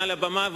על הבמה,